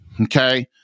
Okay